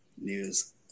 news